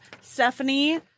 Stephanie